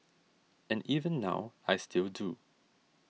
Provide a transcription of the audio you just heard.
and even now I still do